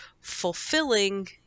fulfilling